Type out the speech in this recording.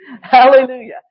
Hallelujah